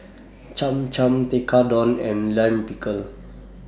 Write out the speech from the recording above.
Cham Cham Tekkadon and Lime Pickle